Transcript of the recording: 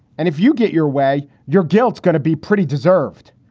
and if you get your way, your guilts gonna be pretty deserved.